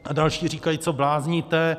A další říkají: Co blázníte?